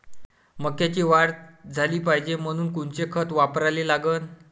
मक्याले वाढ झाली पाहिजे म्हनून कोनचे खतं वापराले लागन?